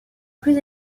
plus